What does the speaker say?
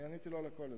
עניתי לו על הכול לדעתי.